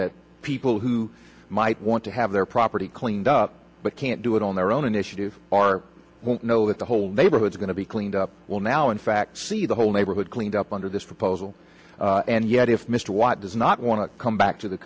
that people who might want to have their property cleaned up but can't do it on their own initiative are won't know that the whole neighborhoods are going to be cleaned up will now in fact see the whole neighborhood cleaned up under this proposal and yet if mr white does not want to come back to the